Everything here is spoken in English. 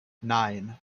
nine